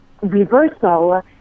reversal